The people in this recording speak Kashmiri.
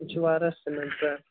یِم چھِ واراہ سیٖمَنٛٹ